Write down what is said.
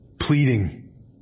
Pleading